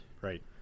Right